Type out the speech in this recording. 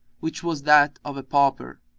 which was that of a pauper.